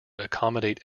accommodate